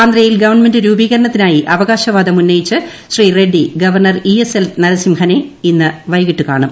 ആന്ധ്രയിൽ ഗവൺമെന്റ് രൂപീകരണത്തിനായി അവകാശവാദം ഉന്നയിച്ച് Shri Reddy governor E S L നരസിംഹനെ ഇന്ന് വൈകിട്ട് കാണും